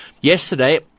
Yesterday